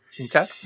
Okay